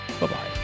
Bye-bye